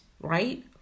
right